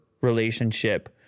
relationship